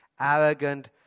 arrogant